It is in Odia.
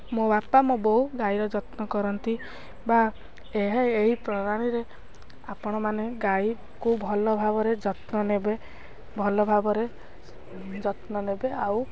ମୋ ବାପା ମୋ ବୋଉ ଗାଈର ଯତ୍ନ କରନ୍ତି ବା ଏହା ଏହି ପ୍ରଣାଳୀରେ ଆପଣମାନେ ଗାଈକୁ ଭଲ ଭାବରେ ଯତ୍ନ ନେବେ ଭଲ ଭାବରେ ଯତ୍ନ ନେବେ ଆଉ